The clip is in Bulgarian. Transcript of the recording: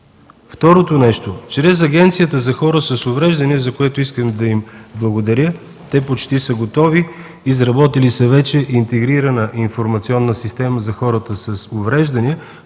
Второ, чрез Агенцията за хора с увреждания, за което искам да им благодаря, те почти са готови, изработили са вече интегрирана информационна система за хората с увреждания,